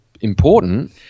important